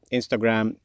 Instagram